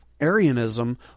Arianism